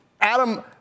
Adam